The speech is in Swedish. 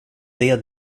det